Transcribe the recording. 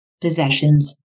possessions